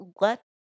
let